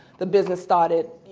the business started